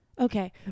Okay